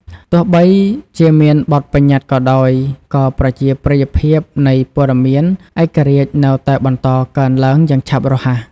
ទោះបីជាមានបទប្បញ្ញត្តិក៏ដោយ ក៏ប្រជាប្រិយភាពនៃព័ត៌មានឯករាជ្យនៅតែបន្តកើនឡើងយ៉ាងឆាប់រហ័ស។